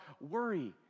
worry